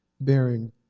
bearing